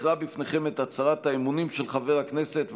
אקרא בפניכם את הצהרת האמונים של חבר הכנסת,